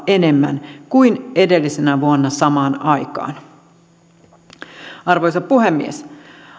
enemmän kuin edellisenä vuonna samaan aikaan arvoisa puhemies